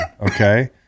Okay